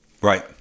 Right